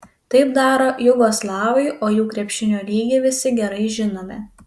taip daro jugoslavai o jų krepšinio lygį visi gerai žinome